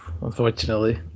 unfortunately